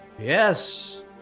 Yes